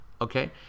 okay